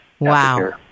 Wow